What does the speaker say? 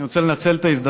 אני רוצה לנצל את ההזדמנות,